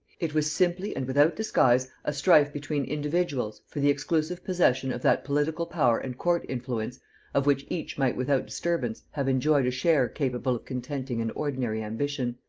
it was simply and without disguise a strife between individuals, for the exclusive possession of that political power and court influence of which each might without disturbance have enjoyed a share capable of contenting an ordinary ambition.